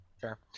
Sure